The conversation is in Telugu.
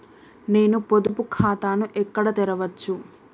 నేను పొదుపు ఖాతాను ఎక్కడ తెరవచ్చు?